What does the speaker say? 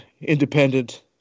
independent